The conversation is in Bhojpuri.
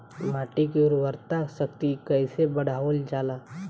माटी के उर्वता शक्ति कइसे बढ़ावल जाला?